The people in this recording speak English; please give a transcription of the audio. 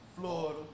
Florida